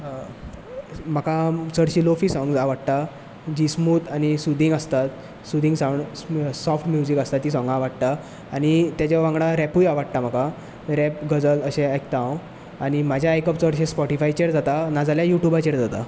म्हाका चडशीं lofi songs आवडटा जीं स्मूद आनी सुदींग आसतात सुदींग साउंड सोफ्ट म्युझीक आसता तीं सोंगां आवडटा आनी तेजे वांगडा रॅपूय आवडटा म्हाका रॅप गझल अशे आयकता हांव आनी म्हाजें आयकप चडशें स्पॉटिफायचेर जाता ना जाल्यार यूट्यूबाचेर जाता